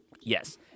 Yes